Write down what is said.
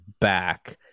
back